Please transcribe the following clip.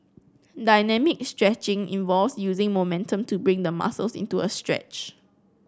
dynamic stretching involves using momentum to bring the muscles into a stretch